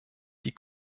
die